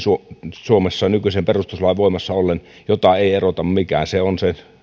suomessa nykyisen perustuslain voimassa ollen ainut toimielin jota ei erota mikään se on se